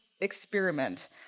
experiment